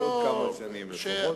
בעוד כמה שנים לפחות.